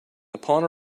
upon